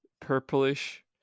purplish